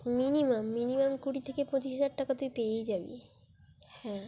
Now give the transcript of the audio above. minimum minimum কুড়ি থেকে পঁচিশ হাজার টাকা তুই পেয়েই যাবি হ্যাঁ